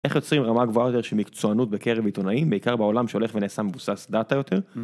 איך יוצרים רמה גבוהה יותר של מקצוענות בקרב עיתונאים בעיקר בעולם שהולך ונעשה מבוסס דאטה יותר.